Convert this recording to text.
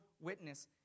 witness